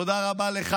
תודה רבה לך,